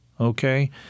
Okay